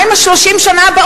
מה עם 30 השנים הבאות?